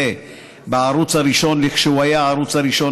בערוץ הראשון כשהוא היה הערוץ הראשון,